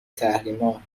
تحریما